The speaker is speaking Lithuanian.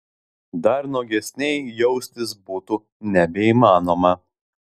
dar nuogesnei jaustis būtų nebeįmanoma